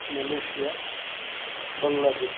Malaysia بنگلہ دیش